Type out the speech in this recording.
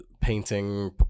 painting